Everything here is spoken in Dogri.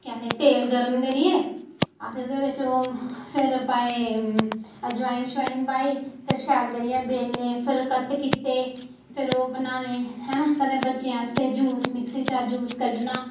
केह् आखदे तेल गर्म करियै आ ते ओह्दे बिच ओह् फिर पाए अजवायन शजवाइन पाई फिर शैल करियै बेल्ले फिर कट कीते फिर ओह् बनाने हैन कदें बच्चें आस्तै जूस मिक्सी चा जूस कड्ढना